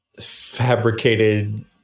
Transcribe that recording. fabricated